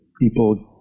people